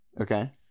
Okay